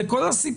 זה כל הסיפור,